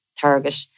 target